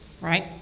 Right